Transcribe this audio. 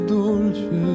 dolce